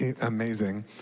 amazing